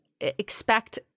expect